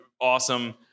awesome